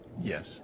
Yes